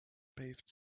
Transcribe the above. paved